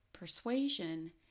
persuasion